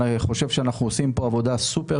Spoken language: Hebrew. אני חושב שאנחנו עושים פה עבודה סופר